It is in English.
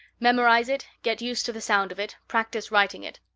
memorize it, get used to the sound of it, practice writing it.